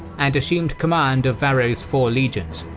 and assumed command of varro's four legions,